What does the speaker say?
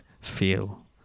feel